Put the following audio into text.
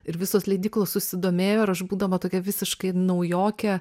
ir visos leidyklos susidomėjo ir aš būdama tokia visiškai naujokė